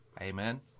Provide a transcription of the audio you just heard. Amen